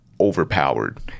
overpowered